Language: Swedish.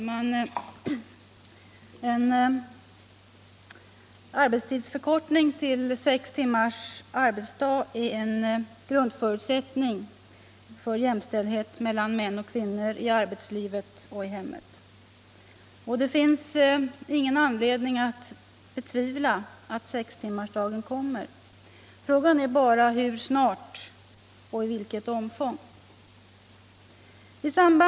Herr talman! En arbetstidsförkortning till sex timmars arbetsdag är en grundförutsättning för jämställdhet mellan män och kvinnor i arbetslivet och i hemmet. Det finns ingen anledning att betvivla att sextimmarsdagen kommer. Frågan är bara hur snart och i vilket omfång.